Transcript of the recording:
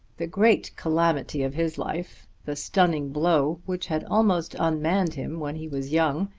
the great calamity of his life, the stunning blow which had almost unmanned him when he was young,